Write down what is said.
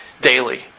daily